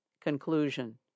Conclusion